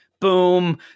Boom